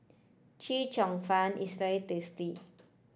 Chee Cheong Fun is very tasty